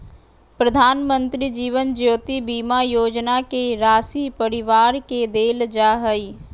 प्रधानमंत्री जीवन ज्योति बीमा योजना के राशी परिवार के देल जा हइ